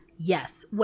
yes